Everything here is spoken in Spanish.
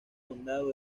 condado